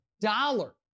dollar